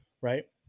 right